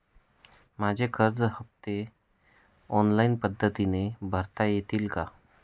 माझे कर्ज हफ्ते ऑनलाईन पद्धतीने भरता येतील का?